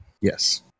Yes